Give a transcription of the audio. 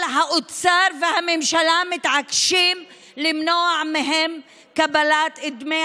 אבל האוצר והממשלה מתעקשים למנוע מהם קבלת דמי